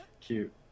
cute